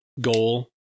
goal